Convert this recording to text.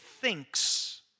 thinks